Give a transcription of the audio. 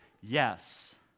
yes